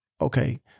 Okay